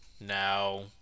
now